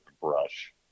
brush